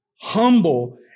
humble